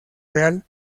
real